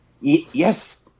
Yes